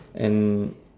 and